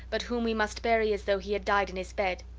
but whom we must bury as though he had died in his bed.